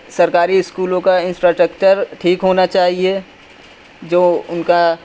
سرکاری اسکولوں کا انفراسٹکچر ٹھیک ہونا چاہیے جو ان کا